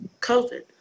COVID